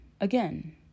Again